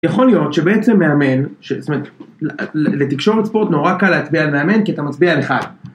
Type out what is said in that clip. יכול להיות שבעצם מאמן, לתקשורת פה נורא קל להצביע על מאמן כי אתה מצביע על אחד.